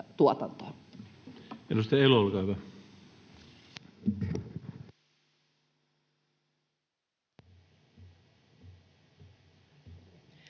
Edustaja Elo, olkaa hyvä.